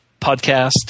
podcast